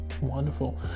wonderful